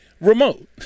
remote